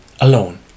alone